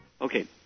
Okay